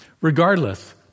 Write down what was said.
Regardless